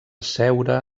seure